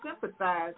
sympathize